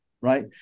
right